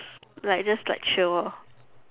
like just like chill lor